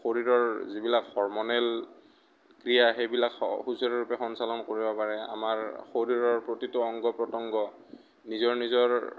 শৰীৰৰ যিবিলাক হৰম'নেল ক্ৰিয়া সেইবিলাক সুচাৰুৰূপে সঞ্চালন কৰিব পাৰে আমাৰ শৰীৰৰ প্ৰতিটো অংগ প্ৰত্যংগ নিজৰ নিজৰ